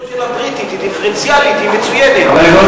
לפי חוק הצינון הבריטי.